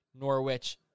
Norwich